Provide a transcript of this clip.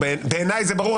בעיניי זה ברור.